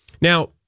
Now